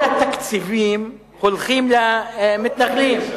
כל התקציבים הולכים למתנחלים.